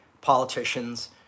politicians